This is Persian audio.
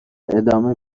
ادامه